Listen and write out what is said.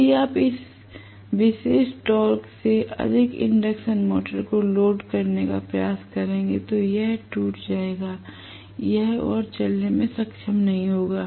यदि आप इस विशेष टॉर्क से अधिक इंडक्शन मोटर को लोड करने का प्रयास करेगे तो यह टूट जाएगा यह और चलने में सक्षम नहीं होगा